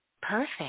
Perfect